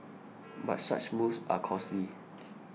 but such moves are costly